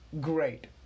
great